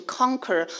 conquer